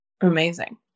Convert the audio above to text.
Amazing